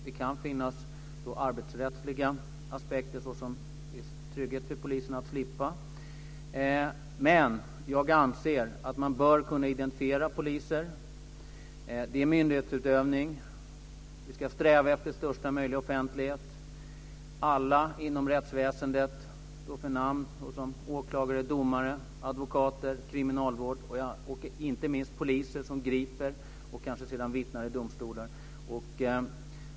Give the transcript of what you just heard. Det kan finnas arbetsrättsliga aspekter såsom en viss trygghet för polisen att slippa detta. Jag anser dock att man bör kunna identifiera poliser. Det är fråga om myndighetsutövning, och vi ska sträva efter största möjliga offentlighet. Detta gäller för alla inom rättsväsendet, som åklagare, domare, advokater, kriminalvårdstjänstemän och inte minst poliser som gör ingripanden och kanske sedan vittnar i domstolar.